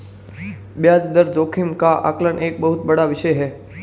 ब्याज दर जोखिम का आकलन एक बहुत बड़ा विषय है